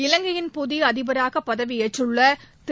இலங்கையின் புதிய அதிபராக பதவியேற்றுள்ள திரு